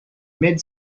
mid